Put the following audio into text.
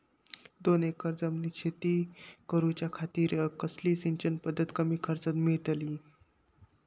दोन एकर जमिनीत शेती करूच्या खातीर कसली सिंचन पध्दत कमी खर्चात मेलतली?